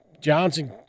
Johnson